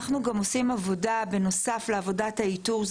אנחנו גם עושים עבודה בנוסף לעבודת האיתור,